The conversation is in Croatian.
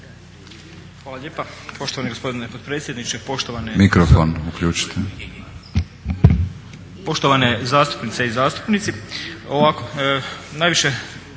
Hvala lijepa